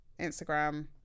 instagram